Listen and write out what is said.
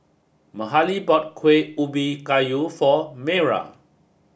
Mahalie bought Kuih Ubi Kayu for Mayra